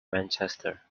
manchester